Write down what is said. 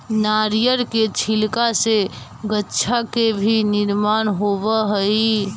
नारियर के छिलका से गद्दा के भी निर्माण होवऽ हई